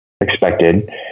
expected